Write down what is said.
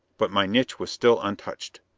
but my niche was still untouched.